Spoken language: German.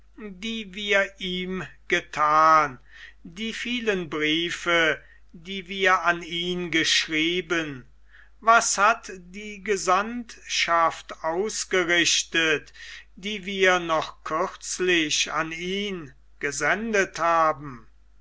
die wir ihm gethan die vielen briefe die wir an ihn geschrieben was hat die gesandtschaft ausgerichtet die wir noch kürzlich an ihn gesendet haben